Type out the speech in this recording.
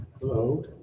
Hello